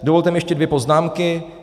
Dovolte mi ještě dvě poznámky.